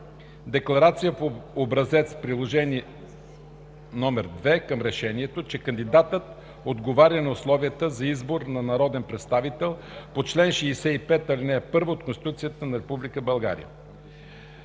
декларация по образец – приложение № 2 към решението, че кандидатът отговаря на условията за избор на народен представител по чл. 65, ал. 1 от Конституцията на